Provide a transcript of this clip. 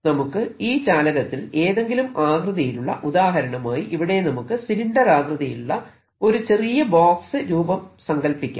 നമുക്ക് ഈ ചാലകത്തിൽ ഏതെങ്കിലും ആകൃതിയിലുള്ള ഉദാഹരണമായി ഇവിടെ നമുക്ക് സിലിണ്ടർ ആകൃതിയിലുള്ള ഒരു ചെറിയ ബോക്സ് രൂപം സങ്കല്പിക്കാം